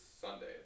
Sunday